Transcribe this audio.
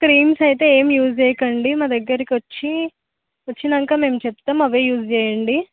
creams అయితే ఏం use చేయకండి మా దగ్గర కొచ్చి వచ్చినాక మేం చెప్తాం అవే యుస్ చేయండి